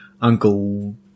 Uncle